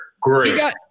Great